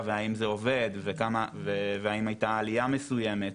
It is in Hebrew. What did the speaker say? והאם זה עובד והאם הייתה עלייה מסוימת,